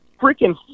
freaking